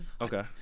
Okay